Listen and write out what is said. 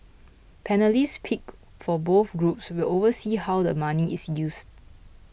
panellist picked for both groups will oversee how the money is used